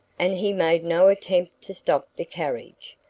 and he made no attempt to stop the carriage.